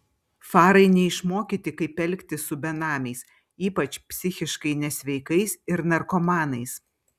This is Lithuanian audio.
farai neišmokyti kaip elgtis su benamiais ypač psichiškai nesveikais ir narkomanais